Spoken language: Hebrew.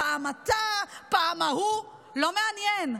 פעם אתה, פעם ההוא, לא מעניין.